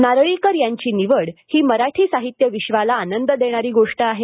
नारळीकर यांची निवड ही मराठी साहित्य विश्वाला आनंद देणारी गोष्ट आहे